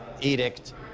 edict